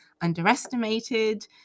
underestimated